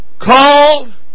Called